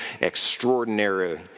extraordinary